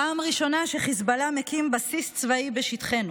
בפעם הראשונה חיזבאללה מקים בסיס צבאי בשטחנו.